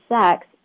sex